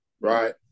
right